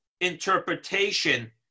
interpretation